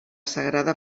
sagrada